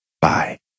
Bye